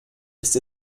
ist